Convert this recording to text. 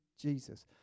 jesus